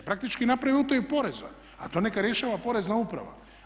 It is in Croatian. Praktički je napravio utaju poreza, a to neka rješava Porezna uprava.